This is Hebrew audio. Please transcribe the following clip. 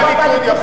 רק הליכוד יכול.